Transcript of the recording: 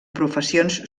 professions